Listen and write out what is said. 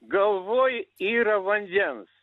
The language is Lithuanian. galvoj yra vandens